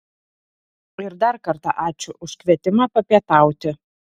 ir dar kartą ačiū už kvietimą papietauti